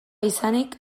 izanik